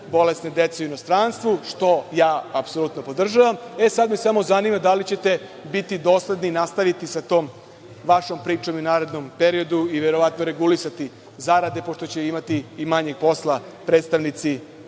bolesne dece u inostranstvu, što ja apsolutno podržavam. Sada me samo zanima da li ćete biti dosledni i nastaviti sa tom vašom pričom i u narednom periodu i verovatno regulisati zarade, pošto će imati i manje posla predstavnici